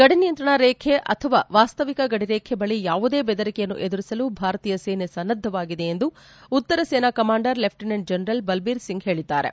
ಗಡಿನಿಯಂತ್ರಣ ರೇಖೆ ಅಥವಾ ವಾಸ್ತವಿಕ ಗಡಿ ರೇಖೆಯ ಬಳಿ ಯಾವುದೇ ಬೆದರಿಕೆಯನ್ನು ಎದುರಿಸಲು ಭಾರತೀಯ ಸೇನೆ ಸನ್ನದ್ದವಾಗಿದೆ ಎಂದು ಉತ್ತರ ಸೇನಾ commander lieutenant general Balbir Singh ಹೇಳಿದ್ದಾರೆ